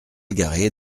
garée